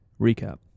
recap